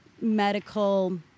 medical